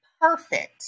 perfect